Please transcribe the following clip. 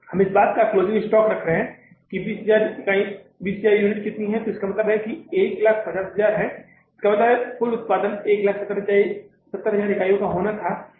हम इस बात का क्लोज़िंग स्टॉक रख रहे हैं कि 20000 यूनिट कितनी हैं तो इसका मतलब 150000 है इसका मतलब है कि कुल उत्पादन 170000 इकाइयों का होना चाहिए